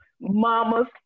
Mamas